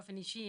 באופן אישי,